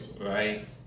Right